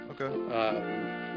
Okay